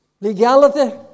Legality